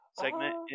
segment